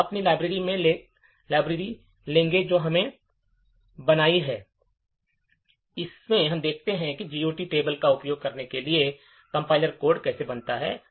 हम अपनी लाइब्रेरी लेंगे जो हमने बनाई है और देखें कि इस GOT टेबल का उपयोग करने के लिए कंपाइलर कोड कैसे बनाता है